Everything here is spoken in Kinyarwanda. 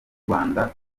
rwanda